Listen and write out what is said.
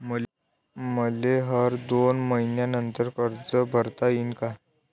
मले हर दोन मयीन्यानंतर कर्ज भरता येईन का?